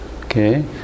Okay